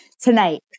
tonight